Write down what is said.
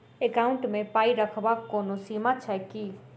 Account मे पाई रखबाक कोनो सीमा छैक की?